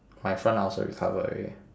my front ulcer recovered already